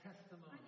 testimony